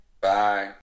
Bye